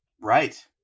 Right